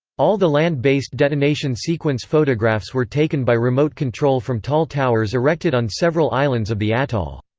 all the land-based detonation-sequence photographs were taken by remote control from tall towers erected on several islands of the atoll.